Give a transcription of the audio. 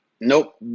Nope